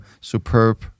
superb